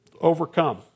overcome